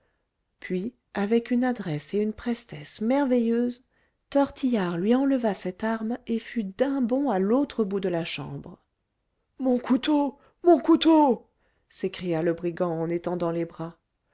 puis avec une adresse et une prestesse merveilleuses tortillard lui enleva cette arme et fut d'un bond à l'autre bout de la chambre mon couteau mon couteau s'écria le brigand en étendant les bras